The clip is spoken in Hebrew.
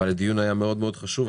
אבל הדיון היה מאוד חשוב.